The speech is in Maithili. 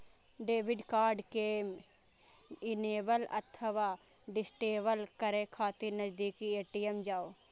डेबिट कार्ड कें इनेबल अथवा डिसेबल करै खातिर नजदीकी ए.टी.एम जाउ